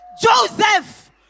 Joseph